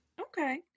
Okay